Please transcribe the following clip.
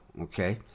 okay